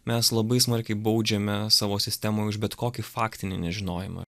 mes labai smarkiai baudžiame savo sistemą už bet kokį faktinį nežinojimą